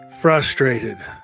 frustrated